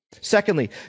Secondly